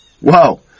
Whoa